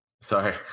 sorry